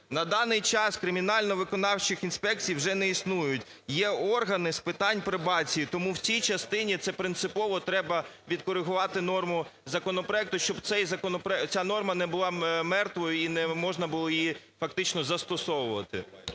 На даний час кримінально-виконавчих інспекцій вже не існує, є органи з питань пробації, тому у цій частині це принципово треба відкоригувати норму законопроекту, щоб ця норма не була мертвою і не можна було її фактично застосовувати.